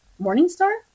Morningstar